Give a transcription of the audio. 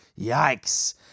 Yikes